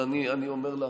אני אומר לך,